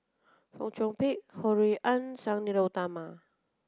Fong Chong Pik Ho Rui An Sang Nila Utama